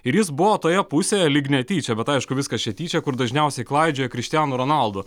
ir jis buvo toje pusėje lyg netyčia bet aišku viskas čia tyčia kur dažniausiai klaidžioja kristiano ronaldo